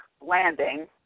Landing